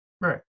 Right